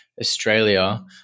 Australia